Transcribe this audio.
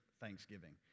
Thanksgiving